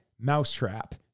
mousetrap